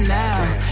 now